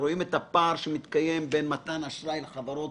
רואים את הפער שמתקיים בין מתן אשראי לחברות